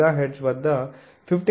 46GHz వద్ద 15